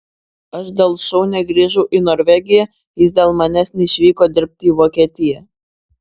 aš dėl šou negrįžau į norvegiją jis dėl manęs neišvyko dirbti į vokietiją